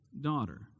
daughter